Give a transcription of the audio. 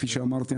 כפי שאמרתי,